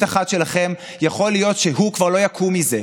אחת שלכם יכול להיות שהוא כבר לא יקום מזה.